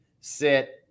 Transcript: sit